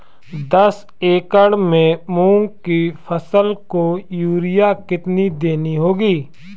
दस एकड़ में मूंग की फसल को यूरिया कितनी देनी होगी?